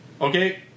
okay